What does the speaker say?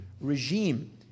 regime